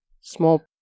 small